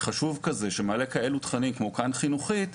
חשוב כזה שמעלה תכנים כאלה כמו "כאן חינוכית"